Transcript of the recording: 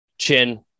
Chin